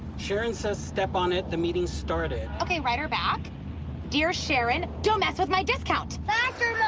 sharon says step on it. the meeting's started. ok, write her back dear sharon, don't mess with my discount faster